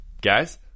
guys